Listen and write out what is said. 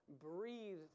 breathe